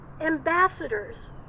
ambassadors